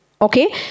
Okay